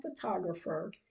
photographer